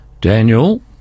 Daniel